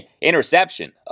interception